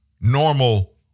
normal